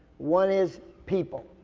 one is people.